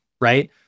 right